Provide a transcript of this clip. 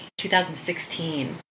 2016